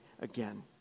again